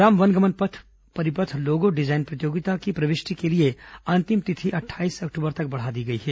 राम वनगमन पर्यटन परिपथ लोगो डिजाईन प्रतियोगिता की प्रविष्टि के लिए अंतिम तिथि अट्ठाईस अक्टूबर तक बढ़ा दी गई है